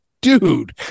dude